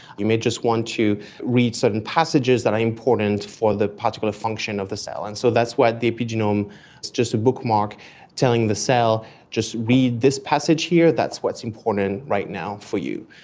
you may just want to read certain passages that are important for the particular function of the cell, and so that's why the epigenome is just a bookmark telling the cell just read this passage here, that's what's important right now for you'.